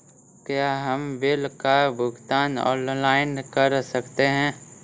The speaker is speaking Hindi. क्या हम बिल का भुगतान ऑनलाइन कर सकते हैं?